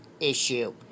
issue